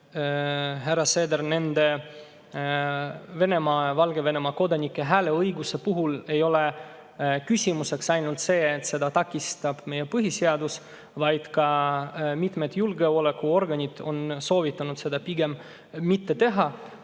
härra Seeder, et Venemaa ja Valgevene kodanike hääleõiguse puhul ei ole küsimuseks ainult see, et seda takistab meie põhiseadus, vaid ka mitmed julgeolekuorganid on soovitanud seda pigem mitte teha,